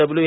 W